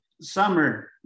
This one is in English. Summer